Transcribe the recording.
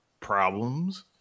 problems